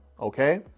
okay